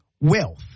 wealth